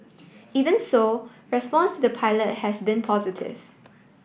even so response to the pilot has been positive